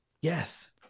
Yes